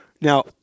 now